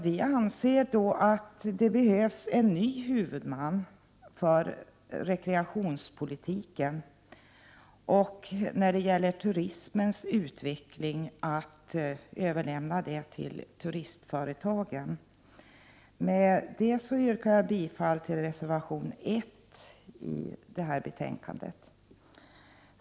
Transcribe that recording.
Vpk anser att det behövs en ny huvudman för rekreationspolitiken och turismens utveckling. Vpk anser att detta skall överlämnas till turistföretagen. Därmed yrkar jag bifall till reservation 1 i detta betänkande.